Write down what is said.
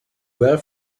well